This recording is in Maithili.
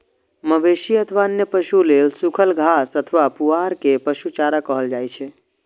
मवेशी अथवा अन्य पशु लेल सूखल घास अथवा पुआर कें पशु चारा कहल जाइ छै